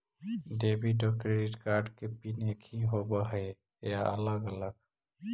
Debit और credit card के pin एकही होव हइ या अलग अलग?